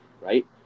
right